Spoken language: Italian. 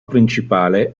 principale